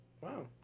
Wow